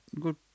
good